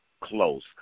close